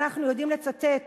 ואנחנו יודעים לצטט